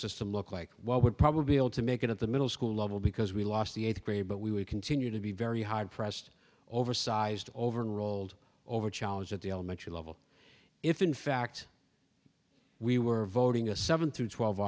system look like what would probably be able to make it at the middle school level because we lost the eighth grade but we would continue to be very hard pressed oversized over and rolled over challenged at the elementary level if in fact we were voting a seven through twelve